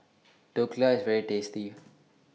Dhokla IS very tasty